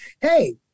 Hey